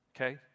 Okay